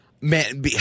man